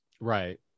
Right